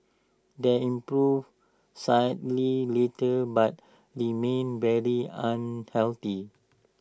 they improved slightly later but remained very unhealthy